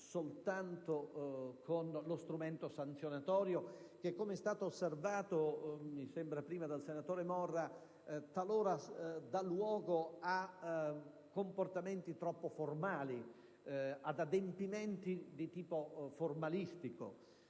soltanto con lo strumento sanzionatorio, che - come è stato prima osservato dal senatore Morra - talora dà luogo a comportamenti troppo formali, ad adempimenti di tipo formalistico.